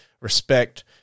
Respect